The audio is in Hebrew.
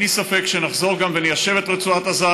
לי ספק שגם נחזור וניישב את רצועת עזה,